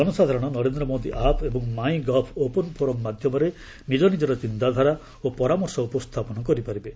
ଜନସାଧାରଣ ନରେନ୍ଦ ମୋଦି ଆପ୍ ଏବଂ my gov open forum ମାଧ୍ୟମରେ ନିକ ନିଜର ଚିନ୍ତାଧାରା ଓ ପରାମର୍ଶ ଉପସ୍ଥାପନ କରିପାରିବେ